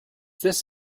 this